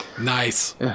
nice